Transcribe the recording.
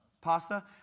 Pasta